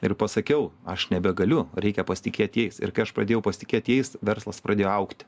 ir pasakiau aš nebegaliu reikia pasitikėti jais ir kai aš pradėjau pasitikėti jais verslas pradėjo augti